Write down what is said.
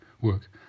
work